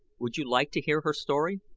would you like to hear her story?